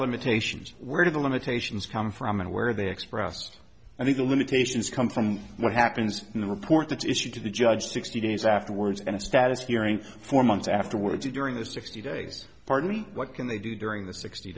limitations where do the limitations come from and where they express i think the limitations come from what happens in the report that issued to the judge sixty days afterwards and a status hearing for months afterwards during the sixty days pardon me what can they do during the sixty